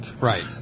Right